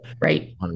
Right